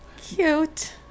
Cute